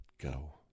go